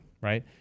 right